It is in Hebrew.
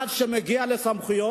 עד שזה מגיע לסמכויות.